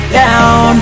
down